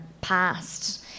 past